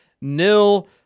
nil